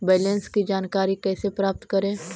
Balance की जानकारी कैसे प्राप्त करे?